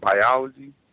biology